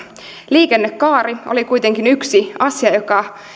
liikennekaari oli kuitenkin yksi asia joka